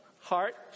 Heart